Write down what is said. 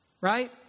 right